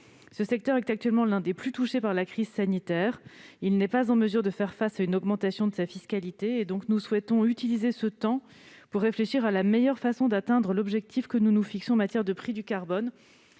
Ce secteur est actuellement l'un des plus touchés par la crise sanitaire. Il n'est pas en mesure de faire face à une augmentation de sa fiscalité. Nous souhaitons donc utiliser ce temps pour réfléchir à la meilleure façon d'atteindre l'objectif que nous nous fixons en matière de prix du carbone